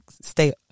stay